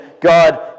God